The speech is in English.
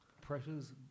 pressures